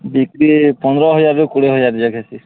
ବିକ୍ରି ପନ୍ଦ୍ର ହଜାର୍ରୁ କୁଡ଼େ ହଜାର୍ ଯାକେ ହେସି